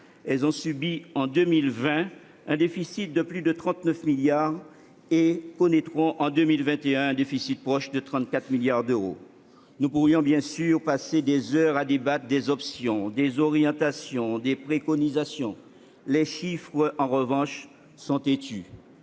Elles ont subi en 2020 un déficit de 39,7 milliards d'euros, et connaîtront en 2021 un déficit proche de 34 milliards d'euros. Nous pourrions, bien sûr, passer des heures à débattre des options, des orientations et des préconisations. Les chiffres, en revanche, sont têtus